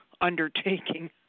undertaking